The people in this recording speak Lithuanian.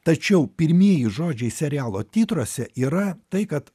tačiau pirmieji žodžiai serialo titruose yra tai kad